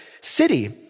city